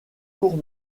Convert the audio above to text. court